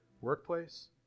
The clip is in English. workplace